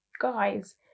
Guys